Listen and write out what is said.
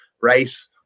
race